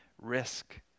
risk